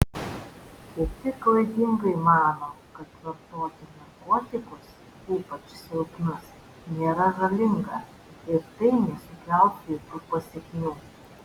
kiti klaidingai mano kad vartoti narkotikus ypač silpnus nėra žalinga ir tai nesukels jokių pasekmių